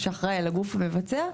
שאחראי על הגוף המבצע,